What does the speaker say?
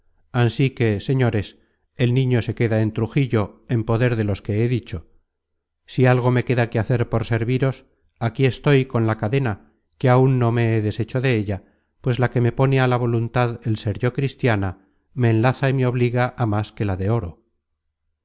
ansí que señores el niño queda en trujillo en poder de los que he dicho si algo me queda que hacer por serviros aquí estoy con la cadena que aun no me he deshecho de ella pues la que me pone á la voluntad el ser yo cristiana me enlaza y me obliga á más que la de oro